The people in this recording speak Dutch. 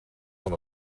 van